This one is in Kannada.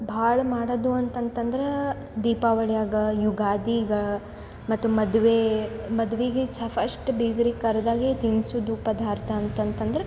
ಭಾಳ ಮಾಡೋದು ಅಂತಂತಂತಂದ್ರೆ ದೀಪಾವಳಿಯಾಗ ಯುಗಾದಿಗಾ ಮತ್ತು ಮದುವೆ ಮದುವಿಗೆ ಸ ಫಸ್ಟ್ ಬೀಗ್ರಿಗೆ ಕರ್ದಗೆ ತಿನ್ಸೋದು ಪದಾರ್ಥ ಅಂತಂತಂದ್ರೆ